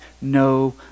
no